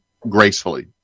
gracefully